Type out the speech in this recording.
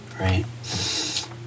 right